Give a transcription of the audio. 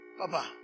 Papa